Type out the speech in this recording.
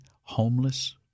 homeless